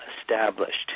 established